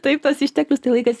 taip tas išteklius tai laikas